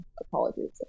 apologies